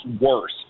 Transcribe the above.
worse